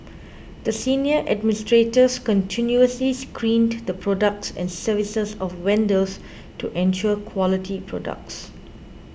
the senior administrators continuously screened the products and services of vendors to ensure quality products